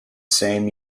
same